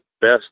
best